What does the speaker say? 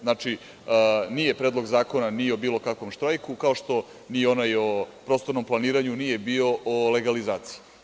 Znači, nije Predlog zakona ni o bilo kakvom štrajku, kao što ni onaj o prostornom planiranju nije bio o legalizaciji.